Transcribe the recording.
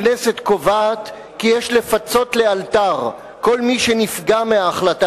הכנסת קובעת כי יש לפצות לאלתר כל מי שנפגע מההחלטה